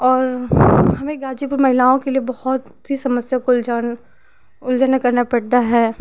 और हमें गाजीपुर महिलाओं के लिए बहुत सी समस्याओं को उलझन उलझन निकलना पड़ता है